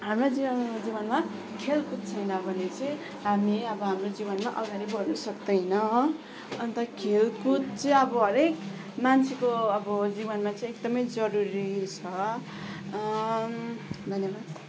हाम्रो जीवन जीवनमा खेलकुद छैन भने चाहिँ हामी अब हाम्रो जीवनमा अगाडि बढ्नु सक्दैन अन्त खेलकुद चाहिँ अब हरेक मान्छेको अब जीवनमा चाहिँ एकदमै जरुरी छ धन्यवाद